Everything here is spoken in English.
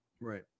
Right